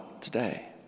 today